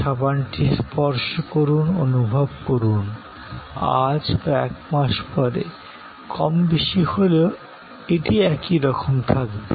সাবানটি স্পর্শ করুন অনুভব করুন আজ বা এক মাস পরে কম বেশি হলেও এটি একই রকম থাকবে